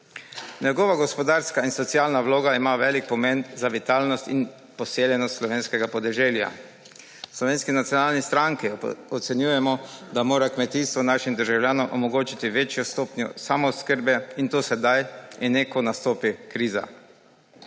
Njegova gospodarska in socialna vloga ima velik pomen za vitalnost in poseljenost slovenskega podeželja. V Slovenski nacionalni stranki ocenjujemo, da mora kmetijstvo našim državljanom omogočiti večjo stopnjo samooskrbe, in to sedaj in ne, ko nastopi kriza.